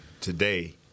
today